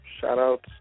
shout-outs